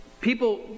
People